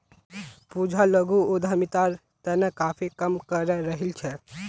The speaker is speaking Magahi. पूजा लघु उद्यमितार तने काफी काम करे रहील् छ